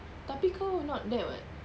tapi kau not there [what]